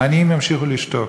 העניים ימשיכו לשתוק.